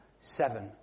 Seven